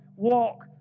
walk